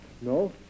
No